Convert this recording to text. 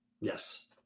Yes